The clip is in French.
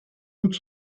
doute